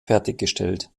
fertiggestellt